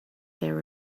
there